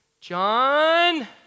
John